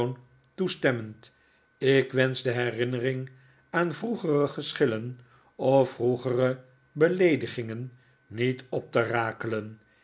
toestemmend ik wensch de herinnering aan vroegere geschillen of vroegere beleedigingen niet op te rakelen